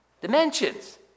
Dimensions